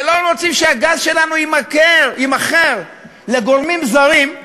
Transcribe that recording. שלא רוצים שהגז שלנו יימכר לגורמים זרים,